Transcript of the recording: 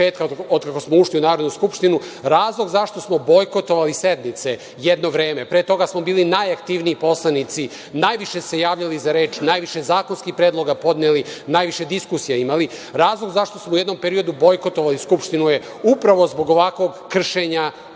od kako smo ušli u Narodnu skupštinu. Razlog zašto smo bojkotovali sednice, jedno vreme, pre toga smo bili najaktivniji poslanici, najviše se javljali za reč, najviše zakonskih predloga podneli, najviše diskusija imali, razlog zašto smo u jednom periodu bojkotovali Skupštinu je upravo zbog ovakvog kršenja